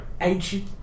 ancient